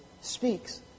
speaks